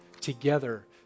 together